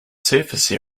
surface